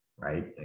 Right